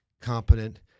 competent